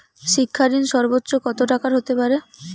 শিক্ষা ঋণ সর্বোচ্চ কত টাকার হতে পারে?